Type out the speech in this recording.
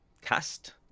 cast